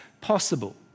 possible